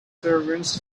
servants